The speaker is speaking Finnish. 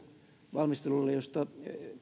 valmistelulle josta